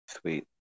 Sweet